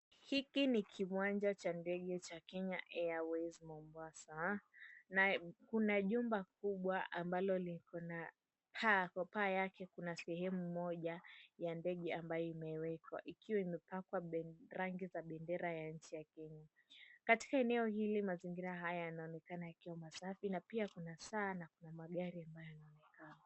Hiki ni kiwanja cha ndege cha Kenya Airways, Mombasa. Na kuna jumba kubwa ambalo liko na paa, kwa paa yake kuna sehemu moja ya ndege ambayo imewekwa, ikiwa imepakwa rangi za bendera ya nchi ya Kenya. Katika eneo hili mazingira haya yanaonekana yakiwa masafi na pia kuna saa na kuna magari ambayo yanaonekana.